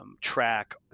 track